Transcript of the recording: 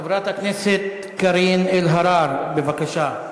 חברת הכנסת קארין אלהרר, בבקשה.